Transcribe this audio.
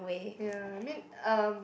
ya I mean um